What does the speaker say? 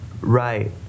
Right